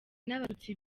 n’abatutsi